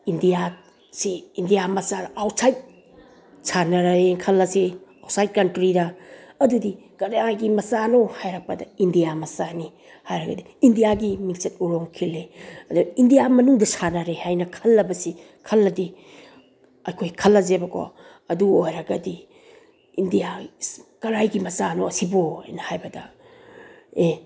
ꯏꯟꯗꯤꯌꯥꯁꯤ ꯏꯟꯗꯤꯌꯥ ꯃꯆꯥꯗ ꯑꯥꯎꯠꯁꯥꯏꯠ ꯁꯥꯟꯅꯔꯛꯑꯦ ꯈꯜꯂꯁꯤ ꯑꯥꯎꯠꯁꯥꯏꯠ ꯀꯟꯇꯔꯤꯗ ꯑꯗꯨꯗꯤ ꯀꯅꯥꯒꯤ ꯃꯆꯥꯅꯣ ꯍꯥꯏꯔꯛꯄꯗ ꯏꯟꯗꯤꯌꯥ ꯃꯆꯥꯅꯤ ꯍꯥꯏꯔꯒꯗꯤ ꯏꯟꯗꯤꯌꯥꯒꯤ ꯃꯤꯡꯆꯠ ꯎꯔꯣꯡ ꯈꯤꯜꯂꯤ ꯑꯗ ꯏꯟꯗꯤꯌꯥ ꯃꯅꯨꯡꯗ ꯁꯥꯟꯅꯔꯦ ꯍꯥꯏꯅ ꯈꯜꯂꯗꯤ ꯑꯩꯈꯣꯏ ꯈꯜꯂꯁꯦꯕꯀꯣ ꯑꯗꯨ ꯑꯣꯏꯔꯒꯗꯤ ꯏꯟꯗꯤꯌꯥ ꯏꯁ ꯀꯔꯥꯏꯒꯤ ꯃꯆꯥꯅꯣ ꯑꯁꯤꯕꯨ ꯍꯥꯏꯅ ꯍꯥꯏꯕꯗ ꯑꯦ